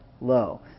low